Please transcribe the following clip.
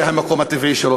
זה המקום הטבעי שלו.